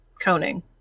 coning